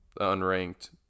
unranked